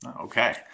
Okay